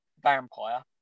vampire